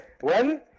One